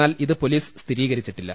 എന്നാൽ ഇത് പൊലീസ് സ്ഥിരീകരിച്ചിട്ടില്ല